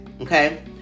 Okay